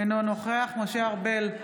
אינו נוכח משה ארבל,